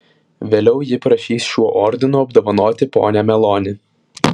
vėliau ji prašys šiuo ordinu apdovanoti ponią meloni